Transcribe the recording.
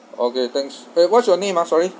okay thanks eh what's your name ah sorry